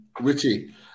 Richie